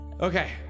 Okay